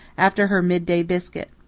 after her mid-day biscuit.